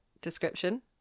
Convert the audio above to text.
description